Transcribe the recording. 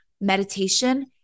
meditation